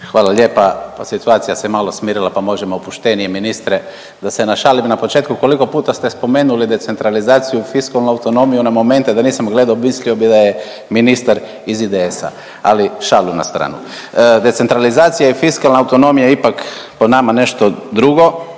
Hvala lijepa. Situacija se malo smirila, pa možemo opuštenije. Ministre da se našalim na početku, koliko puta ste spomenuli decentralizaciju i fiskalnu autonomiju na momente da nisam gledao mislio bi da je ministar iz IDS-a, ali šalu na stranu. Decentralizacija i fiskalna autonomija je ipak po nama nešto drugo,